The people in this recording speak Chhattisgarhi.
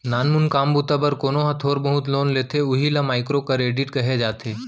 नानमून काम बूता बर कोनो ह थोर बहुत के लोन लेथे उही ल माइक्रो करेडिट कहे जाथे